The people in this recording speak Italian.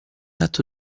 atto